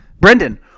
Brendan